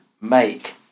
make